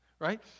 right